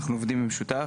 אנחנו עובדים במשותף.